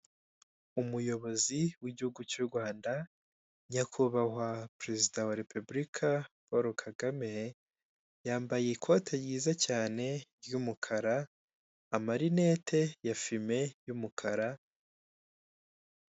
Umuyobozi w'igihugu cy'u Rwanda nyakubahwa perezida wa Repubulika Paul Kagame yambaye ikote ryiza cyane z'umukara, amarinete ya filime y'umukara.